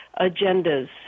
agendas